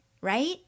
right